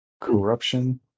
Corruption